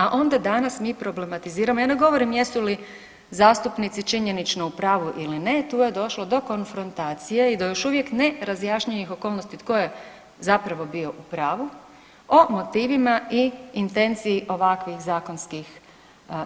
A onda danas mi problematiziramo, ja ne govorim jesu li zastupnici činjenično u pravu ili ne, tu je došlo do konfrontacije i do još uvijek nerazjašnjenih okolnosti tko je zapravo bio u pravu o motivima i intenciji ovakvih zakonskih